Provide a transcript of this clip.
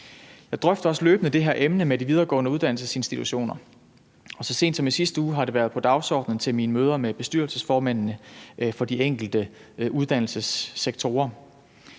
Jeg drøfter også løbende det her emne med de videregående uddannelsesinstitutioner, og så sent som i sidste uge har det været på dagsordenen til mine møder med bestyrelsesformændene for de enkelte uddannelsessektorer.